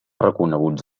reconeguts